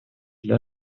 для